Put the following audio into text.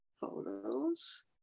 photos